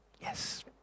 yes